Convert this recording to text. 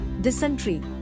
dysentery